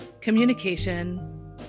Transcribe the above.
Communication